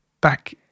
back